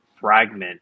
fragment